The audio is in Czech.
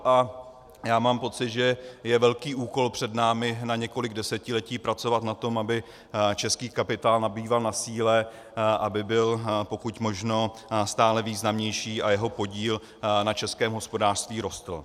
A já mám pocit, že je velký úkol před námi na několik desetiletí pracovat na tom, aby český kapitál nabýval na síle, aby byl pokud možno stále významnější a jeho podíl na českém hospodářství rostl.